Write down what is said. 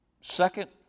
second